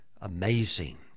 Amazing